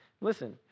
Listen